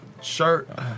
shirt